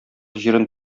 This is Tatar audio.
җирен